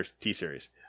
T-Series